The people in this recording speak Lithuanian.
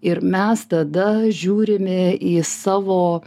ir mes tada žiūrime į savo